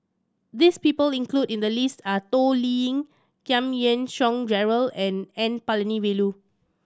this people included in the list are Toh Liying Giam Yean Song Gerald and N Palanivelu